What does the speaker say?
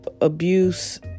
abuse